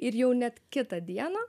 ir jau net kitą dieną